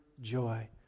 joy